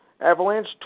Avalanche